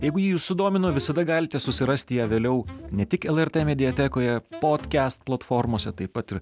jeigu ji jus sudomino visada galite susirasti ją vėliau ne tik lrt mediatekoje podkest platformose taip pat ir